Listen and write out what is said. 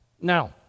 Now